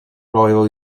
royal